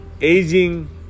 Aging